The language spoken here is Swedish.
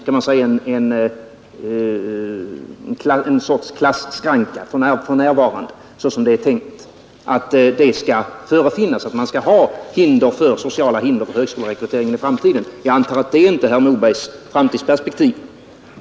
Det innebär en sorts klasskranka så som det är tänkt, det skulle alltså finnas sociala hinder för högskolerekryteringen i framtiden. Jag antar att det inte är herr Mobergs framtidsperspektiv.